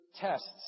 tests